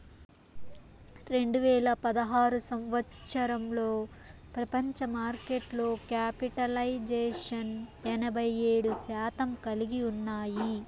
రెండు వేల పదహారు సంవచ్చరంలో ప్రపంచ మార్కెట్లో క్యాపిటలైజేషన్ ఎనభై ఏడు శాతం కలిగి ఉన్నాయి